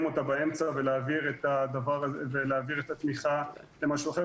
אותה באמצע ולהעביר את התמיכה למשהו אחר.